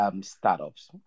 startups